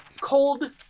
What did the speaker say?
cold